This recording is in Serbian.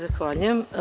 Zahvaljujem.